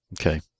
Okay